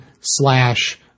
slash